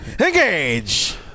Engage